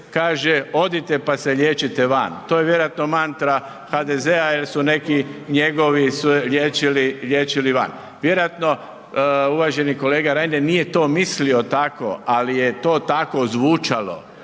kaže odite pa se liječite van, to je vjerojatno mantra HDZ-a jer su se neki njegovi liječili van. Vjerojatno uvaženi kolega Reiner nije to mislio tako, ali je to tako zvučalo